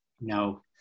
No